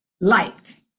liked